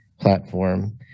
platform